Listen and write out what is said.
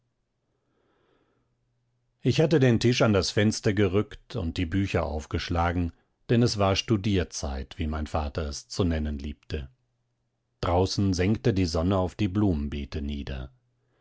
ich hatte den tisch an das fenster gerückt und die bücher aufgeschlagen denn es war studierzeit wie mein vater es zu nennen liebte draußen sengte die sonne auf die blumenbeete nieder